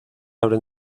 abren